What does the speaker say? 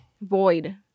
void